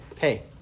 hey